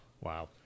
Wow